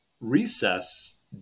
recess